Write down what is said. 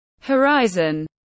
horizon